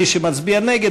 מי שמצביע נגד,